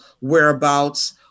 whereabouts